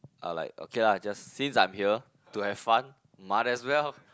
orh like okay lah just since I am here to have fun might as well